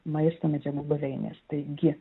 maisto medžiagų buveinės taigi